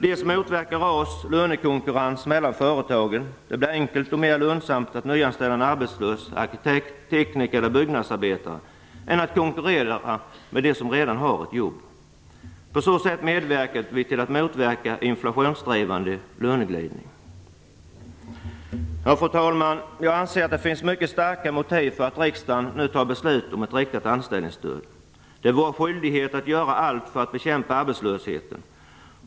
RAS motverkar också lönekonkurrens mellan företagen. Det blir enkelt och mer lönsamt att nyanställa en arbetslös arkitekt, tekniker eller byggnadsarbetare än att konkurrera om dem som redan har ett jobb. På så sätt medverkar vi till att motverka en inflationsdrivande löneglidning. Fru talman! Jag anser att det finns mycket starka motiv för att riksdagen nu skall fatta beslut om ett riktat anställningsstöd. Det är vår skyldighet att göra allt för att bekämpa arbetslösheten.